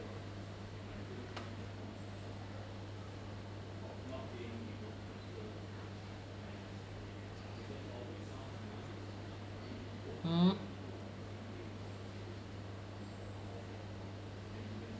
hmm